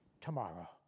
tomorrow